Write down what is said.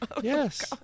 Yes